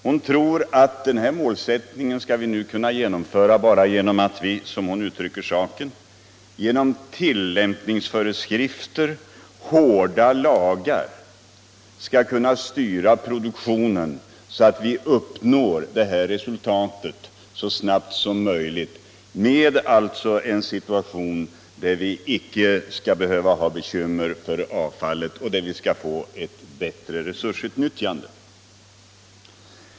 Hon tror att vi nu skall kunna genomföra denna målsättning bara 181 genom att, som hon uttrycker saken, med tillämpningsföreskrifter och hårda lagar styra produktionen så att vi så snabbt som möjligt uppnår en situation, där vi icke skall behöva ha bekymmer för avfallet och får ett bättre resursutnyttjande.